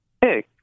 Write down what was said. Hey